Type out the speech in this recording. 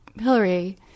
Hillary